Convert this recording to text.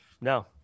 No